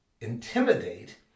intimidate